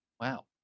wow